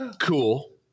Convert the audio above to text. cool